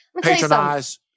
patronize